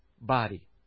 body